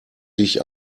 dich